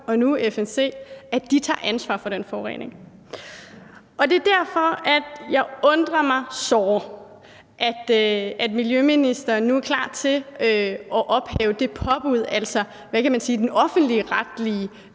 og nu FMC tager ansvar for den forurening. Det er derfor, at jeg undrer mig såre over, at miljøministeren nu er klar til at ophæve det påbud, altså det offentligretlige